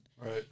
right